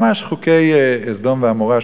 ממש חוקי סדום ועמורה,